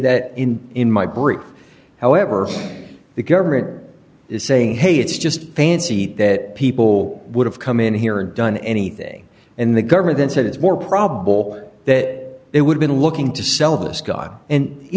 that in in my brief however the government is saying hey it's just fancy that people would have come in here and done anything and the government then said it's more probable that it would be looking to sell this guy and you